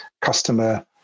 customer